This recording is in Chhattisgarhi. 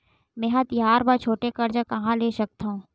मेंहा तिहार बर छोटे कर्जा कहाँ ले सकथव?